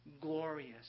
glorious